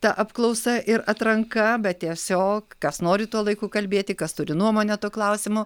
ta apklausa ir atranka bet tiesiog kas nori tuo laiku kalbėti kas turi nuomonę tuo klausimu